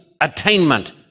attainment